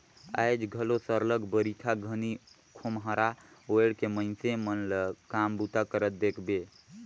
आएज घलो सरलग बरिखा घनी खोम्हरा ओएढ़ के मइनसे मन ल काम बूता करत देखबे